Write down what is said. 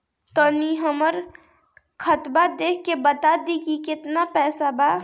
तनी हमर खतबा देख के बता दी की केतना पैसा बा?